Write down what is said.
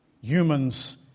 humans